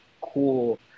cool